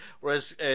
whereas